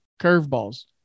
curveballs